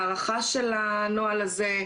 הארכה של הנוהל הזה,